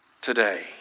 today